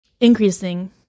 increasing